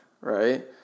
right